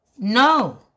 No